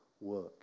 work